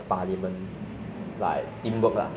I will choose ah fit body lah you know